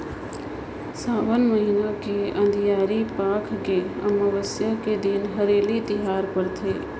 सावन महिना के अंधियारी पाख के अमावस्या के दिन हरेली तिहार परथे